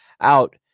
out